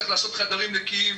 צריך לעשות חדרים נקיים,